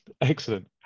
Excellent